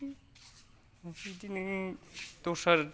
बिदिनो दस्रा